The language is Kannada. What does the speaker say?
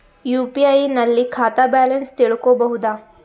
ಯು.ಪಿ.ಐ ನಲ್ಲಿ ಖಾತಾ ಬ್ಯಾಲೆನ್ಸ್ ತಿಳಕೊ ಬಹುದಾ?